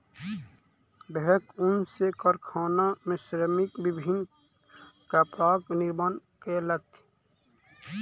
भेड़क ऊन सॅ कारखाना में श्रमिक विभिन्न कपड़ाक निर्माण कयलक